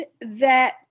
that-